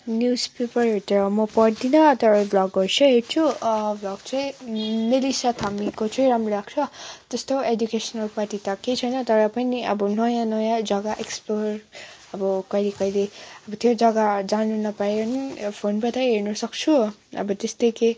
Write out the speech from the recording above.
न्युजपेपरहरू त म पढ्दिनँ तर भ्लगहरू चाहिँ हेर्छु भ्लग चाहिँ मेलिशा थामीको चाहिँ राम्रो लाग्छ त्यस्तो एडुकेसनलपट्टि त केही छैन तर पनि अब नयाँ नयाँ जग्गा एक्सप्लोर कहिले कहिले अब त्यो जग्गा जानु नपाए पनि फोनबाटै हेर्नु सक्छु अब त्यस्तै के